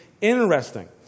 interesting